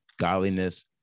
godliness